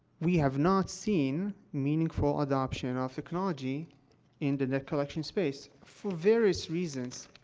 we have not seen meaningful adoption of technology in the debt collection space for various reasons.